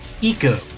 Eco